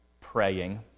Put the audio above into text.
praying